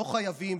לא חייבים,